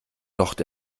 docht